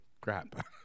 crap